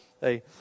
hey